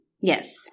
Yes